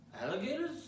Alligators